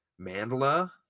Mandela